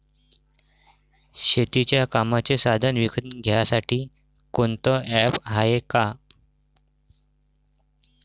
शेतीच्या कामाचे साधनं विकत घ्यासाठी कोनतं ॲप हाये का?